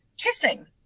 kissing